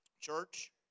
Church